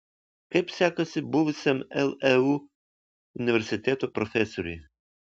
kaip sekasi buvusiam leu universiteto profesoriui